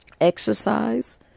exercise